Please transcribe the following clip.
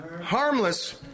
harmless